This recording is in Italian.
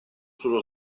sullo